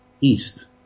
east